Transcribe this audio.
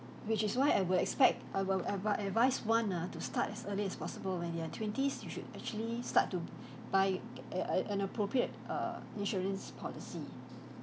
which is why I would expect I will adva~ advice one ah to start as early as possible when you are twenties you should actually start to buy uh an appropriate err insurance policy